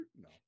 no